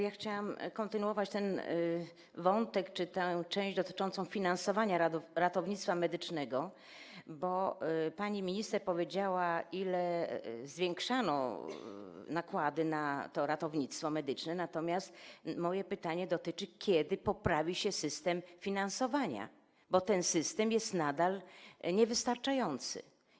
Ja chciałam kontynuować ten wątek czy tę część dotyczącą finansowania ratownictwa medycznego, bo pani minister powiedziała, o ile zwiększano nakłady na to ratownictwo medyczne, natomiast moje pytanie dotyczy tego, kiedy poprawi się system finansowania, bo ten system jest nadal niewystarczający.